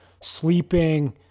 sleeping